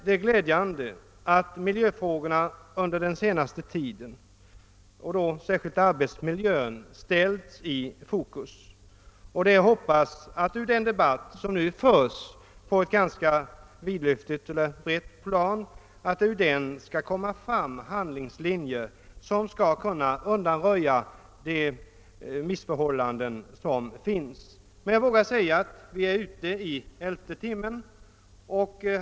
Det är glädjande att miljöfrågorna och då särskilt de som gäller arbetsmiljön under den senaste tiden har ställts i fokus. Jag hoppas att det ur den debatt som nu förs på ett brett plan skall komma fram handlingslinjer för att undanröja de missförhållanden som råder. Jag vågar säga att vi är ute i elfte timmen.